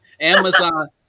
Amazon